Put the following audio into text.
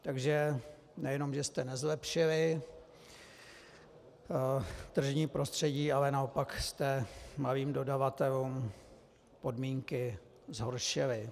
Takže nejen že jste nezlepšili tržní prostředí, ale naopak jste malým dodavatelům podmínky zhoršili.